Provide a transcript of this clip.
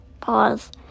pause